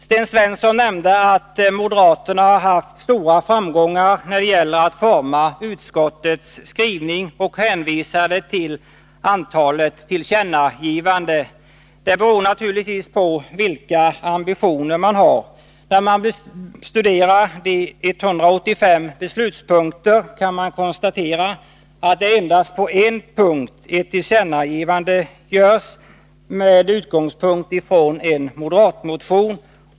Sten Svensson nämnde att moderaterna har haft stora framgångar när det gällt att utforma utskottets skrivning. Han hänvisade till antalet tillkännagivanden. Ja, det beror naturligtvis på vilka ambitioner man har. När man studerar de 185 beslutsavsnitten kan man konstatera att det endast på en punkt finns ett tillkännagivande med utgångspunkt i en moderatmotion.